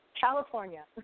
California